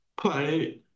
play